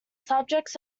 subjects